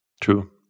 True